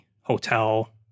hotel